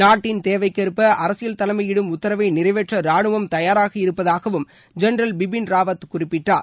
நாட்டின் தேவைக்கேற்ப அரசியல் தலைமை இடும் உத்தரவை நிறைவேற்ற ராணுவம் தயாராக இருப்பதாகவும் ஜென்ரல் பிபின் ராவத் குறிப்பிட்டார்